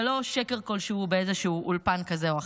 ולא שקר כלשהו באיזשהו אולפן כזה או אחר.